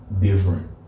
different